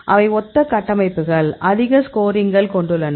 அவை ஒத்த கட்டமைப்புகள் அதிக ஸ்கோரிங்கள் கொண்டுள்ளன